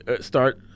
start